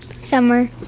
summer